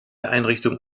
einrichtung